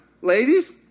Ladies